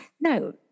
no